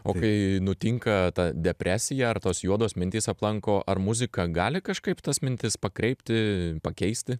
o kai nutinka ta depresija ar tos juodos mintys aplanko ar muzika gali kažkaip tas mintis pakreipti pakeisti